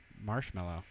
marshmallow